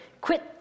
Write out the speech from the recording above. quit